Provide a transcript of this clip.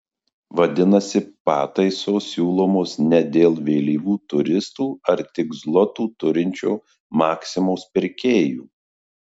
vadinasi pataisos siūlomos ne dėl vėlyvų turistų ar tik zlotų turinčio maksimos pirkėjo